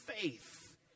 faith